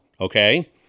okay